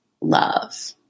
love